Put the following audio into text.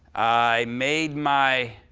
i made my.